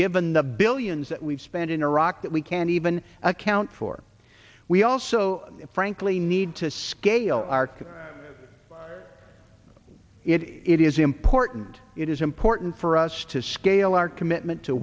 given the billions that we've spent in iraq that we can't even account for we also frankly need to scale arc it is important it is important for us to scale our commitment to